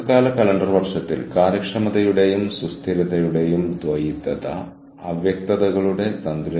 പക്ഷേ എല്ലാത്തിനും അവർ യഥാർത്ഥ കഴിവുകൾ യഥാർത്ഥ വിവരങ്ങൾ യഥാർത്ഥ അറിവ് സ്വന്തം കൈകളിൽ സൂക്ഷിക്കുന്നു